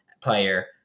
player